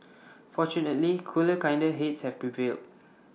fortunately cooler kinder heads have prevailed